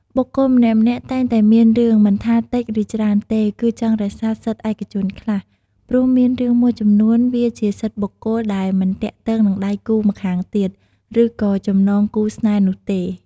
បុគ្គលម្នាក់ៗតែងតែមានរឿងមិនថាតិច ឬច្រើនទេគឺចង់រក្សាសិទ្ធឯកជនខ្លះ ព្រោះមានរឿងមួយចំនួនវាជាសិទ្ធបុគ្គលដែលមិនទាក់ទង និងដៃម្ខាងទៀត ឬក៏ចំណងគូរស្នេហ៍នោះទេ។